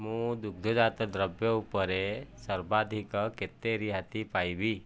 ମୁଁ ଦୁଗ୍ଧଜାତ ଦ୍ରବ୍ୟ ଉପରେ ସର୍ବାଧିକ କେତେ ରିହାତି ପାଇବି